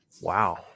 Wow